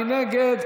מי נגד?